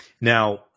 now